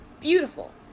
beautiful